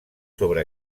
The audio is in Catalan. sobre